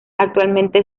actualmente